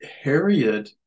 Harriet